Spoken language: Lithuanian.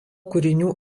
kūrinių